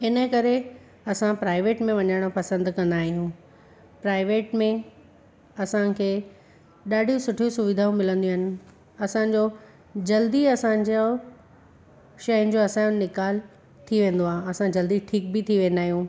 हिन करे असां प्राइवेट में वञणु पसंदि कंदा आहियूं प्राइवेट में असांखे ॾाढियूं सुठियूं सुविधाऊं मिलंदियूं आहिनि असांजो जल्दी असांजो शइनि जो असां निकाल थी वेंदो आहे असां जल्दी बि ठीकु थी वेंदा आहियूं